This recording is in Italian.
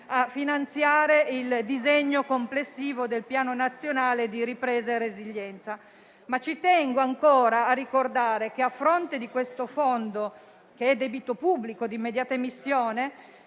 a finanziare il disegno complessivo del Piano nazionale di ripresa e resilienza, ma tengo ancora a ricordare che a fronte di questo fondo, che è debito pubblico di immediata emissione,